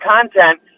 content